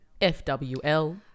FWL